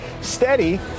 steady